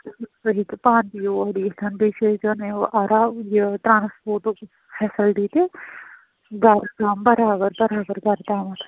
تُہۍ ہیٚکِو پانہٕ تہِ یور یِتھ بیٚیہِ چھِ أسۍ یہِ ٹرٛانسپوٹُک فٮ۪سَلٹی تہِ گَرٕ تام بَرابر بَرابر گرٕ تامَتھ